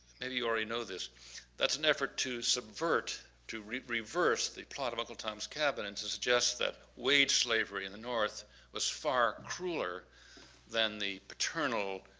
maybe you already know this that's an effort to so reverse to reverse the plot of uncle tom's cabin and to suggest that wage slavery in the north was far crueler than the paternal,